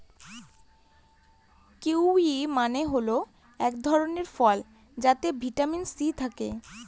kiwi মানে হল এক ধরনের ফল যাতে ভিটামিন সি থাকে